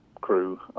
crew